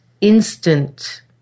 instant